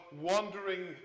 wandering